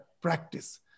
practice